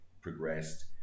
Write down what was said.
progressed